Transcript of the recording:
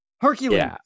Hercules